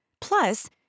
plus